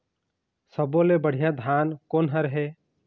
सब्बो ले बढ़िया धान कोन हर हे?